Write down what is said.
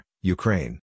Ukraine